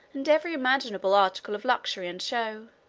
and every imaginable article of luxury and show.